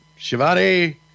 Shivani